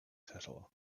settler